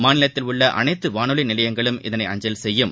மாநிலத்தில் உள்ள அனைத்து வானொலி நிலையங்களும் இதனை அஞ்சல் செய்யும்